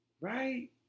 right